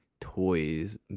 toys